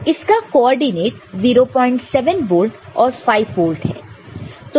तो इसका coordinate 07 volt और 5 वोल्ट है